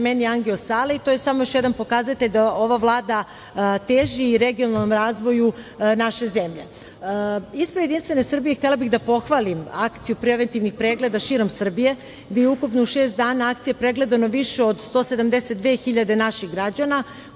angio sala i to je samo još jedan pokazatelj da ova Vlada teži regionalnom razvoju naše zemlje. Ispred JS htela bih da pohvalim akciju preventivnih pregleda širom Srbije gde je ukupno u šest dana akcije pregledano više od 172 hiljade naših građana,